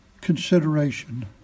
consideration